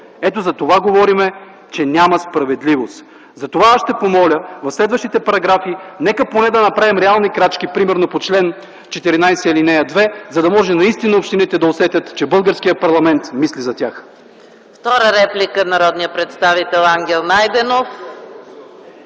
Ето за това говорим, че няма справедливост. Затова ще помоля в следващите параграфи нека поне да направим реални крачки, примерно по чл. 14, ал. 2, за да може наистина общините да усетят, че българският парламент мисли за тях.